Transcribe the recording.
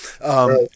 right